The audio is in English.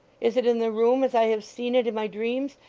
is it in the room as i have seen it in my dreams,